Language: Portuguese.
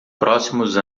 próximos